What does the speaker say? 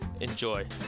Enjoy